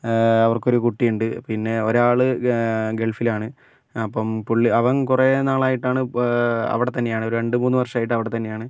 അവർക്കൊരു കുട്ടിയുണ്ട് പിന്നെ ഒരാൾ ഗൾഫിലാണ് അപ്പം പുള്ളി അവൻ കുറെനാളായിട്ടാണ് അവിടെത്തന്നെയാണ് രണ്ട് മൂന്ന് വർഷമായിട്ട് അവിടെത്തന്നെയാണ്